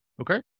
Okay